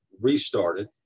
restarted